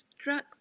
struck